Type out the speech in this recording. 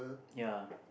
ya